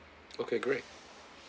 okay great